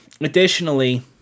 Additionally